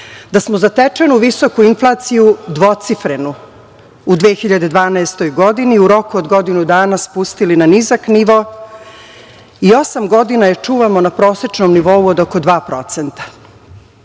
da smo zatečenu visoku inflaciju dvocifrenu u 2012. godini u roku od godinu dana spustili na nizak nivo i osam godina je čuvamo na prosečnom nivou na oko 2%.